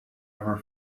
ever